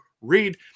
read